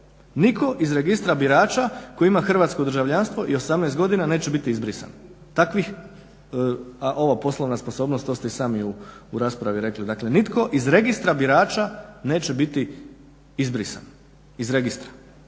nitko iz registra birača tko ima hrvatsko državljanstvo i 18 godina neće biti izbrisan. Takvih, a ova poslovna sposobnost to ste i sami u raspravi rekli, dakle nitko iz registra birača neće biti izbrisan, iz registra.